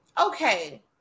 okay